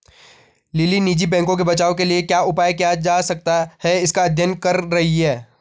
lily निजी बैंकों के बचाव के लिए क्या उपाय किया जा सकता है इसका अध्ययन कर रही है